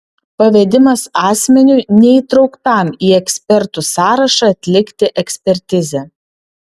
pavedimas asmeniui neįtrauktam į ekspertų sąrašą atlikti ekspertizę